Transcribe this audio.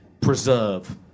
preserve